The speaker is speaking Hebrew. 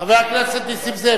חבר הכנסת נסים זאב,